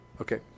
Okay